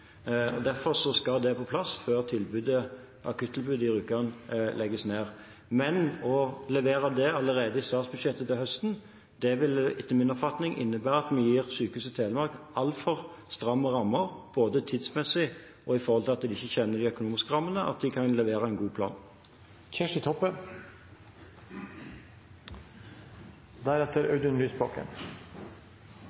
nok. Derfor skal dette på plass før akuttilbudet på Rjukan legges ned. Å levere dette allerede i forbindelse med statsbudsjettet til høsten vil etter min oppfatning innebære at vi gir Sykehuset Telemark altfor stramme rammer – både tidsmessig og med tanke på at de ikke kjenner til de økonomiske rammene – til at de kan levere en god plan.